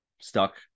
stuck